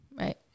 Right